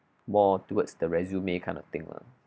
more towards the resume kind of thing lah